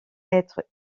être